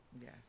yes